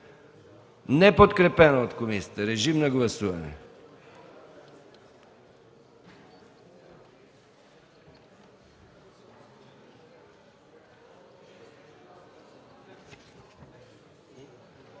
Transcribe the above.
е подкрепено от комисията. Моля, режим на гласуване.